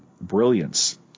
brilliance